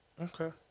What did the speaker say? Okay